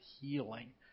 healing